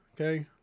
Okay